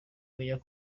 menya